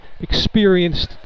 experienced